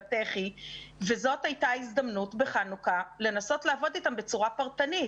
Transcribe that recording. וזאת הייתה הזדמנות בחנוכה לנסות לעבוד אתם בצורה פרטנית